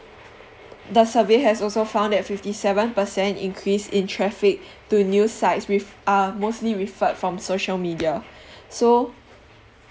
the survey has also found that fifty seven per cent increase in traffic to news sites with um mostly referred from social media so